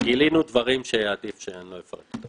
וגילינו דברים שעדיף שאני לא אפרט אותם.